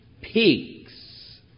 peaks